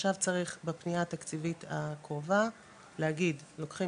ועכשיו צריך בפנייה תקציבית הקרובה להגיד לוקחים